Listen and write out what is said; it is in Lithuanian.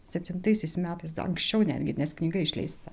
septintaisiais metais anksčiau netgi nes knyga išleista